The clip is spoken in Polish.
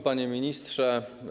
Panie Ministrze!